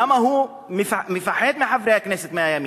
למה הוא מפחד מחברי הכנסת מהימין?